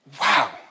wow